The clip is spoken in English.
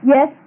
Yes